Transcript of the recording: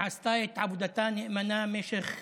שעשתה עבודתה נאמנה משך